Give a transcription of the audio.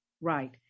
Right